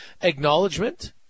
acknowledgement